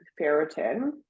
ferritin